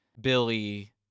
Billy